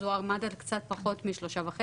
אז הוא עמד על קצת פחות מ-3.5,